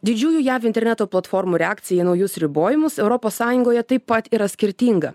didžiųjų jav interneto platformų reakcija į naujus ribojimus europos sąjungoje taip pat yra skirtinga